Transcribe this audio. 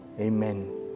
Amen